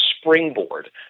springboard